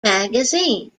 magazines